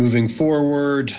moving forward